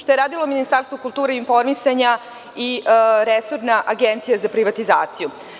Šta je radilo Ministarstvo kulture i informisanja i resorna Agencija za privatizaciju?